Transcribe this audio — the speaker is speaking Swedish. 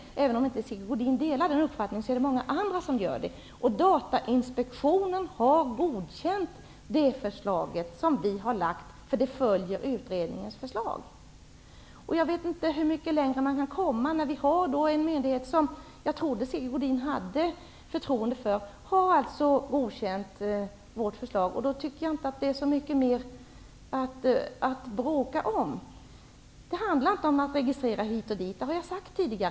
Sigge Godin delar kanske inte min uppfattning, men det gör många andra. Datainspektionen har godkänt det förslag som vi har lagt fram och som följer utredningens förslag. Jag vet inte hur mycket längre vi kan komma. Det finns ju en myndighet i sammanhanget. Jag trodde att Sigge Godin hade förtroende för denna myndighet, som alltså har godkänt vårt förslag. I det läget finns det inte mycket mera att bråka om. Det handlar inte om registrering hit och dit, och det har jag tidigare sagt.